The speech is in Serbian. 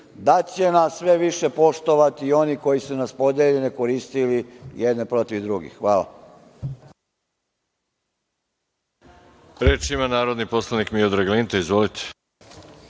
da će nas sve više poštovati i oni koji su nas podeljene koristili jedne protiv drugih. Hvala.